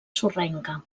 sorrenca